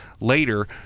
later